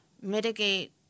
mitigate